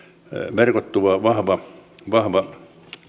verkottuva vahva vahva